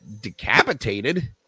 decapitated